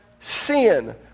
sin